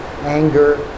anger